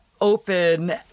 open